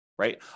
right